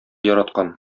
яраткан